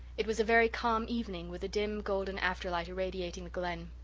it was a very calm evening with a dim, golden afterlight irradiating the glen.